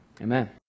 Amen